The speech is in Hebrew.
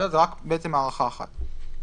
זה רק הארכה אחת.